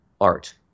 art